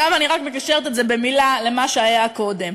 עכשיו אני רק מקשרת את זה במילה למה שהיה קודם.